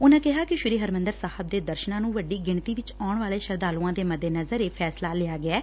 ਉਨਾਂ ਕਿਹਾ ਕਿ ਸੀ ਹਰਿਮੰਦਰ ਸਾਹਿਬ ਦੇ ਦਰਸ਼ਨਾਂ ਨੂੰ ਵੱਡੀ ਗਿਣਤੀ ਵਿਚ ਆਉਣ ਵਾਲੇ ਸ਼ਰਧਾਲੁਆਂ ਦੇ ਮੱਦੇਨਜ਼ਰ ਇਹ ਫੈਸਲਾ ਲਿਆ ਗਿਐ